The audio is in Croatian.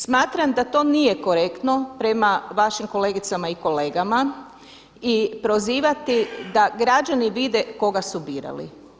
Smatram da to nije korektno prema vašim kolegicama i kolegama i prozivati da građani vide koga su birali.